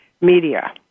media